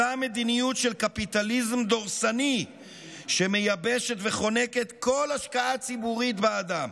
אותה מדיניות של קפיטליזם דורסני שמייבשת וחונקת כל השקעה ציבורית באדם.